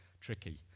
Tricky